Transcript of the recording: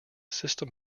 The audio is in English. system